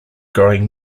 growing